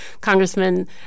congressman